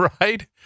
Right